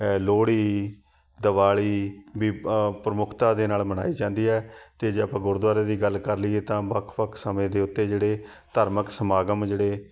ਲੋਹੜੀ ਦੀਵਾਲੀ ਵੀ ਪ੍ਰਮੁੱਖਤਾ ਦੇ ਨਾਲ ਮਨਾਈ ਜਾਂਦੀ ਹੈ ਅਤੇ ਜੇ ਆਪਾਂ ਗੁਰਦੁਆਰਿਆਂ ਦੀ ਗੱਲ ਕਰ ਲਈਏ ਤਾਂ ਵੱਖ ਵੱਖ ਸਮੇਂ ਦੇ ਉੱਤੇ ਜਿਹੜੇ ਧਾਰਮਿਕ ਸਮਾਗਮ ਜਿਹੜੇ